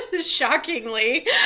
Shockingly